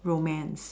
romance